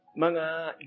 mga